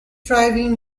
driving